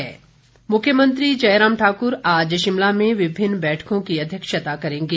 मुख्मयंत्री मुख्यमंत्री जय राम ठाकुर आज शिमला में विभिन्न बैठकों की अध्यक्षता करेंगे